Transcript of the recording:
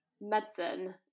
medicine